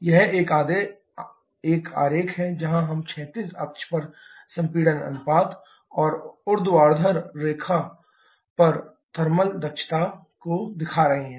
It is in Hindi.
यह एक आरेख है जहां हम क्षैतिज अक्ष पर संपीड़न अनुपात और ऊर्ध्वाधर अक्ष पर थर्मल दक्षता है